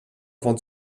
avant